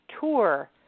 tour